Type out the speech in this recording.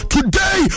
Today